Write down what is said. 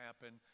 happen